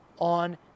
on